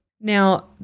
Now